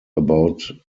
about